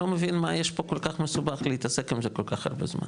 אני לא מבין מה יש פה כל כך מסובך להתעסק עם זה כל כך הרבה זמן.